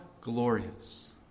glorious